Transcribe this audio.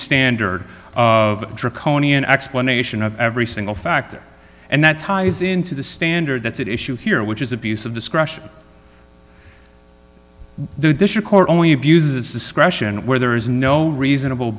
standard of draconian explanation of every single factor and that ties into the standard that's at issue here which is abuse of discretion the district court only abuses discretion where there is no reasonable